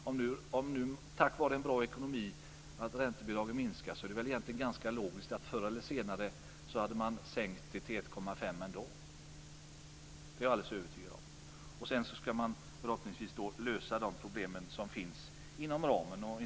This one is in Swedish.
Eftersom räntebidragen kan minskas tack vare en bra ekonomi är det egentligen ganska logiskt att fastighetsskatten förr eller senare sänks till 1,5 %. Det är jag alldeles övertygad om. Förhoppningsvis kan man sedan lösa de problem som finns inom ramen för detta område.